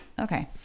Okay